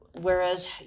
whereas